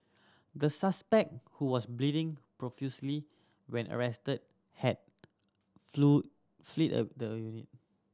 the suspect who was bleeding profusely when arrested had fled of the unit